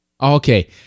Okay